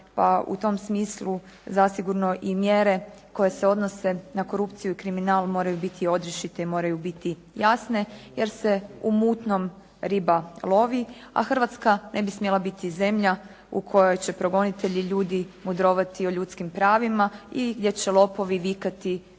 pa u tom smislu zasigurno i mjere koje se odnose na korupciju i kriminal moraju biti odriješite i moraju biti jasne jer se u mutnom riba lovi, a Hrvatska ne bi smjela biti zemlja u kojoj će progonitelji ljudi mudrovati o ljudskim pravima i gdje će lopovi vikati držite